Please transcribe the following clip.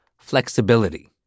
Flexibility